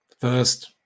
first